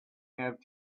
have